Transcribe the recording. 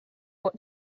what